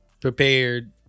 prepared